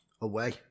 away